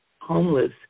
homeless